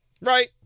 Right